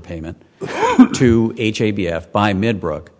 payment to b f by mid brook